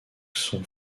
sont